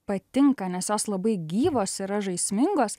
patinka nes jos labai gyvos yra žaismingos